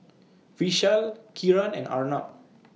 Vishal Kiran and Arnab